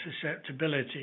susceptibility